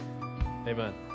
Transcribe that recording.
Amen